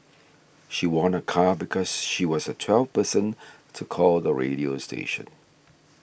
she won a car because she was the twelfth person to call the radio station